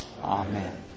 Amen